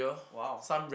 !wow!